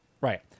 right